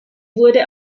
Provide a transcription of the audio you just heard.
wurde